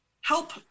help